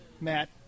Matt